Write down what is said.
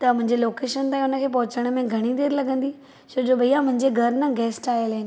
त मुंहिंजी लोकेशन ताईं हुन खे पहुचण में घणी देर लगंदी छो जो भईया मुंहिंजे घर न गेस्ट आयल आहिनि